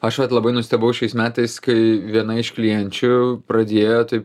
aš vat labai nustebau šiais metais kai viena iš klienčių pradėjo taip